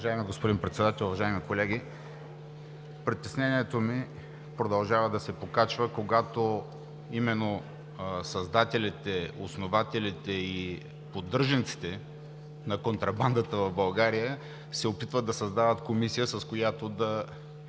Уважаеми господин Председател, уважаеми колеги! Притеснението ми продължава да се покачва, когато именно създателите, основателите и поддръжниците на контрабандата в България се опитват да създават комисия, с която да